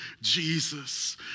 Jesus